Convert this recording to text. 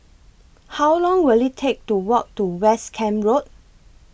How Long Will IT Take to Walk to West Camp Road